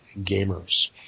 gamers